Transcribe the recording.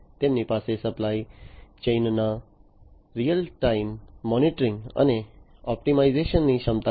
તેમની પાસે સપ્લાય ચેઇનના રીઅલ ટાઇમ મોનિટરિંગ અને ઑપ્ટિમાઇઝેશનની ક્ષમતા છે